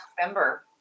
November